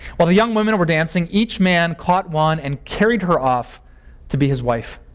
while the young women were dancing, each man caught one and carried her off to be his wife.